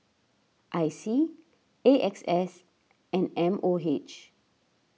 I C A X S and M O H